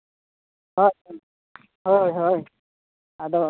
ᱦᱳᱭ ᱦᱳᱭ ᱦᱳᱭ ᱟᱫᱚ